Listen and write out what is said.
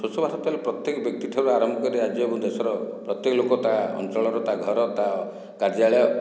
ସ୍ୱଚ୍ଛ ଭାରତ ହେଲା ପ୍ରତ୍ୟକ ବ୍ୟକ୍ତିଠାରୁ ଆରମ୍ଭ କରି ରାଜ୍ୟ ଏବଂ ଦେଶର ପ୍ରତ୍ୟେକ ଲୋକ ତା ଅଞ୍ଚଳର ତା ଘର ତା କାର୍ଯ୍ୟାଳୟ